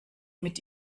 mit